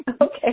Okay